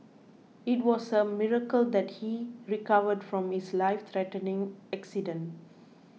it was a miracle that he recovered from his lifethreatening accident